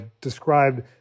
described